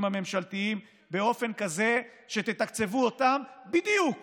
הממשלתיים באופן כזה שתתקצבו אותם בדיוק